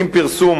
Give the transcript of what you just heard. עם פרסום